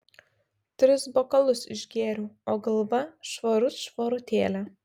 tris bokalus išgėriau o galva švarut švarutėlė